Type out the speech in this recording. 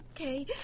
Okay